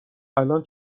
الان